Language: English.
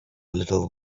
little